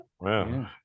Wow